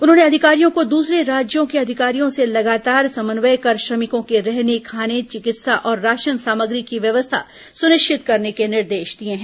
उन्होंने अधिकारियों को दसरे राज्यों के अधिकारियों से लगातार समन्वय कर श्रमिकों के रहने खाने मोजन चिकित्सा और राशन सामग्री की व्यवस्था सुनिश्चित करने के निर्देश दिए हैं